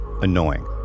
annoying